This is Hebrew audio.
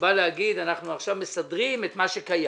שבא להגיד: אנחנו עכשיו מסדרים את מה שקיים.